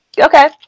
okay